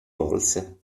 volse